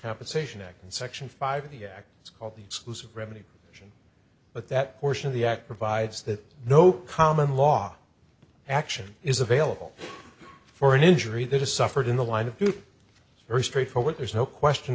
compensation act and section five of the act it's called the exclusive remedy but that portion of the act provides that no common law action is available for an injury that is suffered in the line of very straightforward there's no question